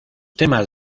temas